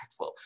impactful